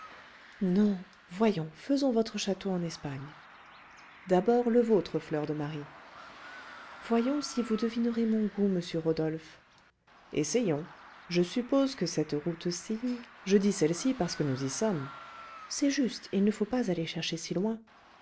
non voyons faisons votre château en espagne d'abord le vôtre fleur de marie voyons si vous devinerez mon goût monsieur rodolphe essayons je suppose que cette route ci je dis celle-ci parce que nous y sommes c'est juste il ne faut pas aller chercher si loin